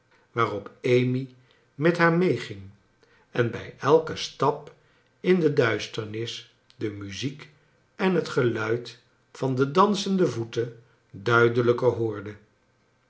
en bij elken stap in de duis terms de muziek en het geluid van de dansende voeten duidelijker hoorde